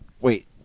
Wait